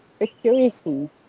security